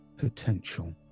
potential